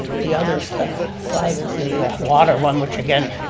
the other side is the water one which again